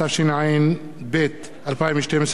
התשע"ב 2012,